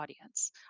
audience